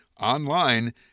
online